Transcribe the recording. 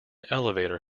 elevator